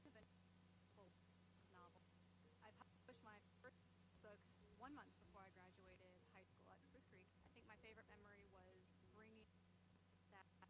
but so um i published my first book one month before i graduated high school at spruce creek. i think my favorite memory was bringing that